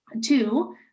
Two